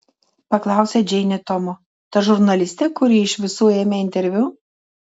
paklausė džeinė tomo ta žurnalistė kuri iš visų ėmė interviu